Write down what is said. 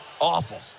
Awful